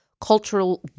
cultural